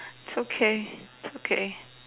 it's okay okay